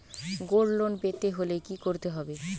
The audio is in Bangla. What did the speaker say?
গোল্ড লোন পেতে হলে কি করতে হবে?